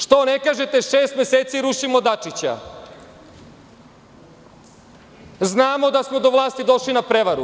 Što ne kažete - šest meseci rušimo Dačića, znamo da smo do vlasti došli na prevaru?